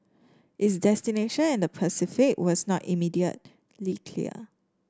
its destination in the Pacific was not immediately clear